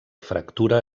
fractura